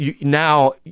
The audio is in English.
now